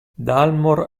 dalmor